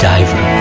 Diver